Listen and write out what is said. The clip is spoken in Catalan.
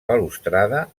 balustrada